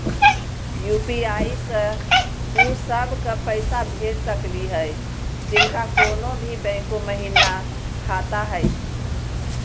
UPI स उ सब क पैसा भेज सकली हई जिनका कोनो भी बैंको महिना खाता हई?